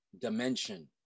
dimension